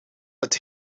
het